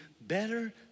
better